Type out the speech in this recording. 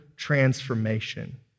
transformation